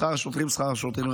שכר השוטרים,